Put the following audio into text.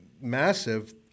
massive